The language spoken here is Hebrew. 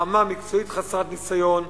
רמה מקצועית חסרת ניסיון,